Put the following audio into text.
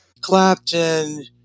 Clapton